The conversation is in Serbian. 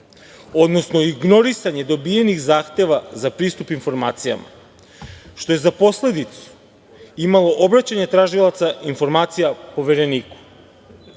odnosno ignorisanje dobijenih zahteva za pristup informacijama, što je posledicu imalo obraćanje tražilaca informacija Povereniku. Kako